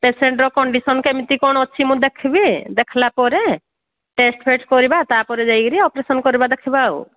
ପେସେଣ୍ଟର condition କେମିତି କ'ଣ ଅଛି ମୁଁ ଦେଖିବି ଦେଖିଲା ପରେ ଟେଷ୍ଟ ଫେଷ୍ଟ କରିବା ତାପରେ ଯାଇକରି ଅପରେସନ କରିବା ଦେଖିବା ଆଉ